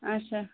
اَچھا